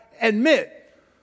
admit